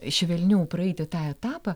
švelniau praeiti tą etapą